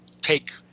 take